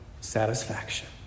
satisfaction